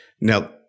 Now